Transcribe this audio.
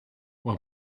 when